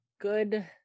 good